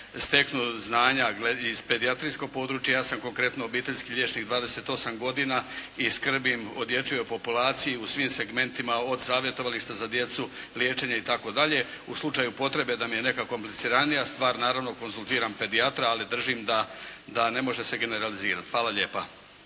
steknu znanja iz pedijatrijskog područja. Ja sam konkretno obiteljski liječnik 28 godina i skrbim o dječjoj populaciji u svim segmentima od savjetovališta za djecu, liječenja itd. U slučaju potrebe da mi je neka kompliciranija stvar naravno konzultiram pedijatra, ali držim da ne može se generalizirati. Hvala lijepa.